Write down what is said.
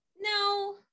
no